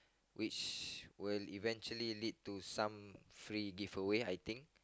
which will eventually lead to some free give away I think